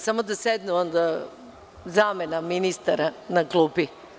Samo da sedne zamena ministara na klupi.